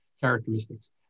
characteristics